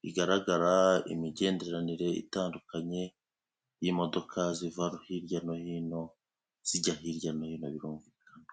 bigaragara imigenderanire itandukanye y'imodoka, ziva hirya no hino zijya hirya no hino birumvikana.